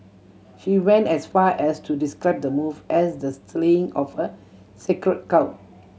she went as far as to describe the move as the slaying of a sacred cow